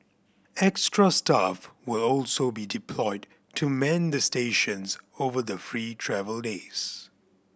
extra staff will also be deployed to man the stations over the free travel days